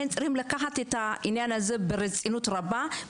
צריכים לקחת את העניין הזה ברצינות רבה.